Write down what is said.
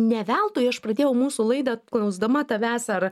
ne veltui aš pradėjau mūsų laidą klausdama tavęs ar